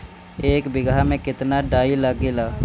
एक बिगहा में केतना डाई लागेला?